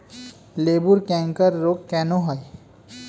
লেবুর ক্যাংকার রোগ কেন হয়?